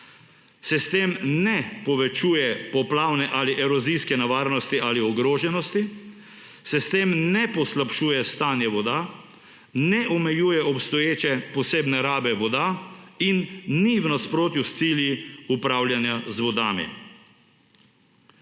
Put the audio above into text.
s tem ne povečuje poplavne ali erozijske nevarnosti ali ogroženosti, se s tem ne poslabšuje stanje voda, ne omejuje obstoječe posebne rabe voda in ni v nasprotju s cilji upravljanja z vodami.